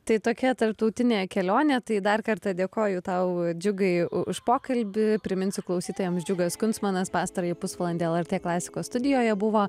tai tokia tarptautinė kelionė tai dar kartą dėkoju tau džiugai už pokalbį priminsiu klausytojams džiugas kunstmanas pastarąjį pusvalandį lrt klasikos studijoje buvo